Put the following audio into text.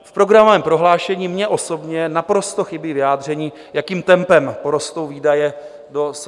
V programovém prohlášení mně osobně naprosto chybí vyjádření, jakým tempem porostou výdaje do SFDI.